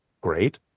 great